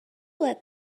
let